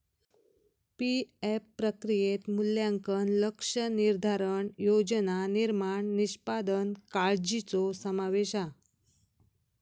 PF प्रक्रियेत मूल्यांकन, लक्ष्य निर्धारण, योजना निर्माण, निष्पादन काळ्जीचो समावेश हा